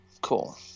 cool